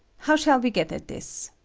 how shall we get at this?